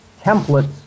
templates